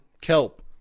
kelp